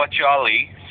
Charlie